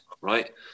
Right